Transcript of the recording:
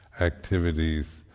activities